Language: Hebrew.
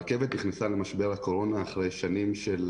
הרכבת נכנסה למשבר הקורונה אחרי שנים של